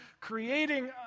creating